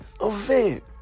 event